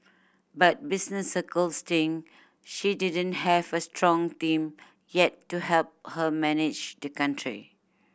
but business circles think she didn't have a strong team yet to help her manage the country